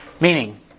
Meaning